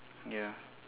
ya